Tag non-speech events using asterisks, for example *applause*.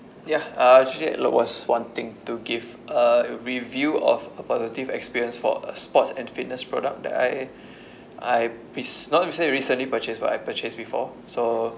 ya uh actually was wanting to give a review of a positive experience for a sports and fitness product that I *breath* I pis~ not recently recently purchased but I purchased before so